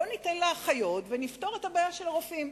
בואו ניתן לאחיות ונפתור את הבעיה של הרופאים.